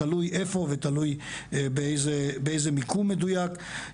תלוי איפה ותלוי באיזה מיקום מדויק.